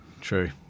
True